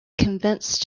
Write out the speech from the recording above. convinced